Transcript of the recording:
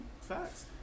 Facts